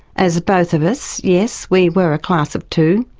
as both of us yes, we were a class of two,